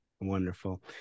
Wonderful